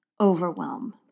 overwhelm